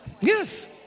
Yes